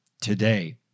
today